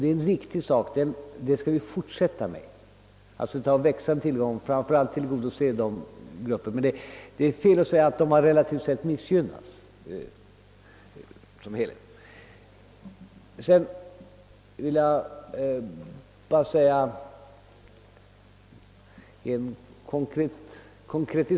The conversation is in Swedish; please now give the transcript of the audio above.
Det är en riktig utveckling, och vi skall se till att der fortsätter. Men det är fel att säga att dessa grupper relativt sett missgynnats.